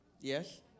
Yes